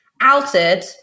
outed